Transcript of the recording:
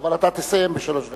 אבל אתה תסיים בשלוש דקות.